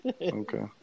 Okay